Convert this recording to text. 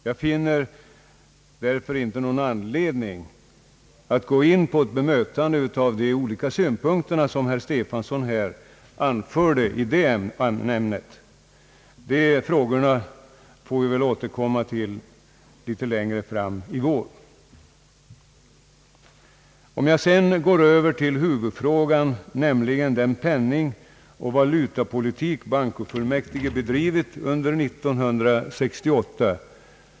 Jag har därför ingen anledning att bemöta de olika synpunkter som herr Stefanson anfört i detta ämne. Detta får vi återkomma till senare i vår. Huvudfrågan här gäller den penningoch valutapolitik som bankofullmäktige bedrivit under år 1968.